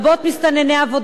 מסתננים,